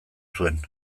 zuen